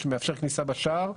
שמאפשר כניסה בשער,